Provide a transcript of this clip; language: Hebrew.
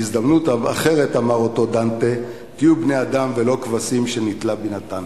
בהזדמנות אחרת אמר אותו דנטה: תהיו בני-אדם ולא כבשים שניטלה בינתן.